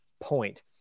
point